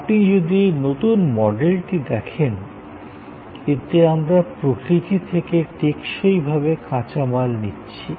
আপনি যদি এই নতুন মডেলটি দেখেন এতে আমরা প্রকৃতি থেকে টেকসই ভাবে কাঁচামাল নিচ্ছি